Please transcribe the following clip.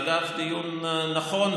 אגב, דיון נכון.